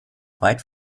weit